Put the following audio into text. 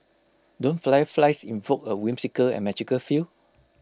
don't fireflies invoke A whimsical and magical feel